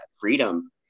freedom